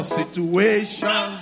situation